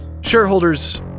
Shareholders